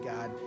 God